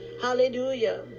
Hallelujah